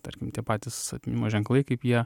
tarkim tie patys atminimo ženklai kaip jie